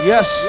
Yes